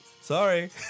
Sorry